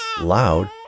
loud